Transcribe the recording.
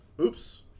Oops